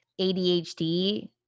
ADHD